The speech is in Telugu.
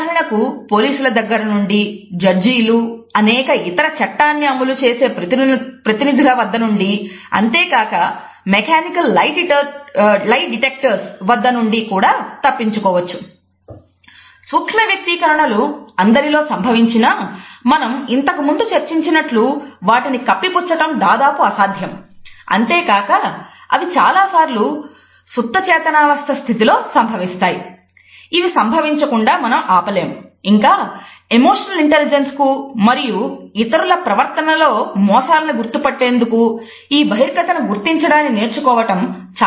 ఉదాహరణకు పోలీసుల దగ్గర నుండి జడ్జీలు అనేక ఇతర చట్టాన్ని అమలు చేసే ప్రతినిధుల వద్దనుండి అంతేకాక మెకానికల్ లై డిటెక్టర్స్ కు మరియు ఇతరుల ప్రవర్తనలలో మోసాన్ని గుర్తుపట్టేందుకు ఈ బహిర్గతను గుర్తించడాన్ని నేర్చుకోవటం చాలా అవసరం